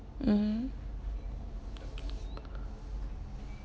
mmhmm